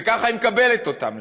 וככה היא מקבלת אותם,